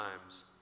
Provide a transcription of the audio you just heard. times